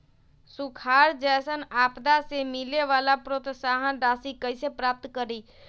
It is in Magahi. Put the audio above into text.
सुखार जैसन आपदा से मिले वाला प्रोत्साहन राशि कईसे प्राप्त करी?